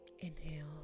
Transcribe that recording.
inhale